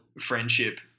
friendship